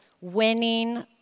winning